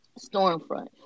Stormfront